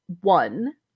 One